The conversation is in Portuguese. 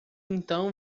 então